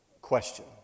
question